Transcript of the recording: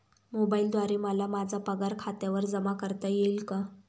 मोबाईलद्वारे मला माझा पगार खात्यावर जमा करता येईल का?